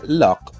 luck